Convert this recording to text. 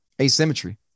asymmetry